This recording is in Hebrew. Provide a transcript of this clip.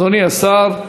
אדוני השר.